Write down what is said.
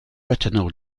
retinal